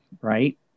Right